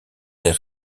s’est